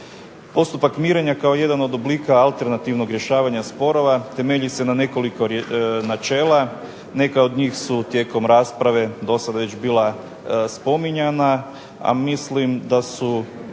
Postupak mirenja kao jedan od oblika alternativnog rješavanja sporova temelji se na nekoliko načela. Neka od njih su tijekom rasprave dosad već bila spominjana, a mislim da su,